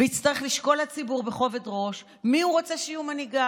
ויצטרך לשקול הציבור בכובד ראש מי הוא רוצה שיהיו מנהיגיו,